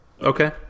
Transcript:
Okay